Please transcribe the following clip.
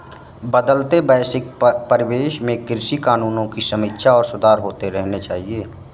बदलते वैश्विक परिवेश में कृषि कानूनों की समीक्षा और सुधार होते रहने चाहिए